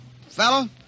fellow